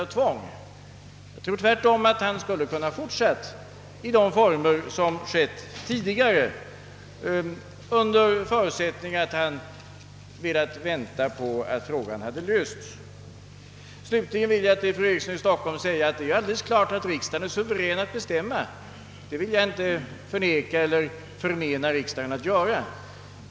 Tvärtom tror jag att han hade kunnat fortsätta det i tidigare former, om han hade velat vänta på att anställningsfrågan blivit slutgiltigt löst. Slutligen vill jag till fru Eriksson i Stockholm säga att det är alldeles klart att riksdagen är suverän att bestämma.